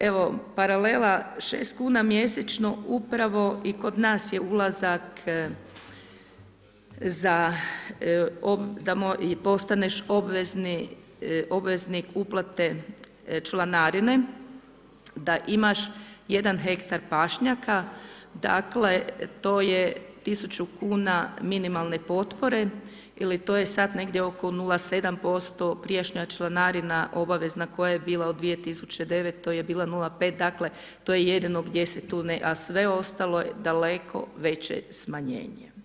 Evo, paralela, 6 kn mjesečno, upravo i kod nas je ulazak za da postaneš obveznik uplate članarine, da imaš jedan hektar pašnjaka, dakle, to je 1000 kn minimalne potpore ili to je sada, negdje oko 0,7% prijašnja članarina, obavezna koja je bila u 2009. je bila 0,5 dakle, to je jedino gdje se tu ne, a sve ostalo je daleko veće smanjenje.